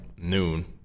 noon